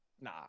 Nah